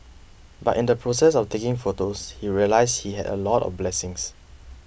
but in the process of taking photos he realised he had a lot of blessings